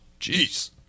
jeez